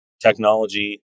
technology